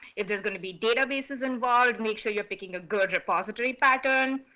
if there's going to be databases involved, make sure you're picking a good repository pattern,